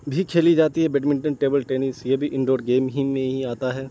بھی کھیلی جاتی ہے بیڈمنٹن ٹیبل ٹینس یہ بھی انڈوڑ گیم ہی میں ہی آتا ہے